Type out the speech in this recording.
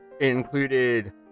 included